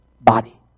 body